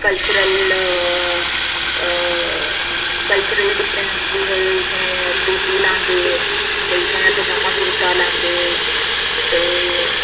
cultural हां cultural difference जी उत्थै धोत्ती लांदे ते इत्थै पजामा कुर्ता लांदे ते